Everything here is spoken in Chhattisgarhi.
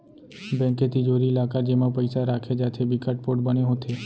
बेंक के तिजोरी, लॉकर जेमा पइसा राखे जाथे बिकट पोठ बने होथे